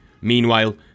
Meanwhile